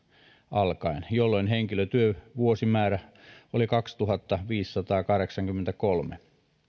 alkaen jolloin henkilötyövuosimäärä oli kaksituhattaviisisataakahdeksankymmentäkolme